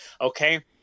Okay